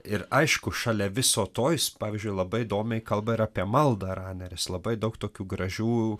ir aišku šalia viso to jis pavyzdžiui labai įdomiai kalba ir apie maldą raneris labai daug tokių gražių